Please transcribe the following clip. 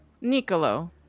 Niccolo